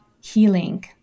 healing